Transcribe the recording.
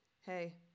Hey